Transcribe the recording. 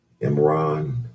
Imran